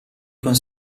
con